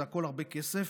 זה הכול הרבה כסף,